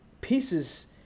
pieces